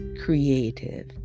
Creative